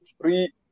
free